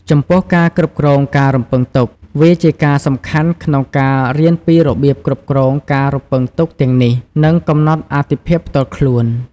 ចំពោះការគ្រប់គ្រងការរំពឹងទុក វាជាការសំខាន់ក្នុងការរៀនពីរបៀបគ្រប់គ្រងការរំពឹងទុកទាំងនេះ និងកំណត់អាទិភាពផ្ទាល់ខ្លួន។